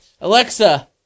Alexa